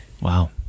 Wow